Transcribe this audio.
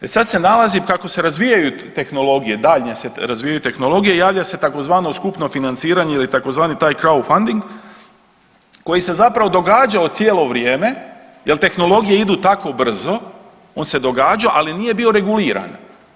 E sad se nalazi, kako se razvijaju tehnologije daljnje se razvijaju tehnologije javlja se tzv. skupno financiranje ili tzv. taj crowfounding koji se zapravo događao cijelo vrijeme, jer tehnologije idu tako brzo, on se događao ali nije bio reguliran.